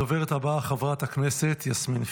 הדוברת הבאה, חברת הכנסת יסמין פרידמן.